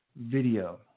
video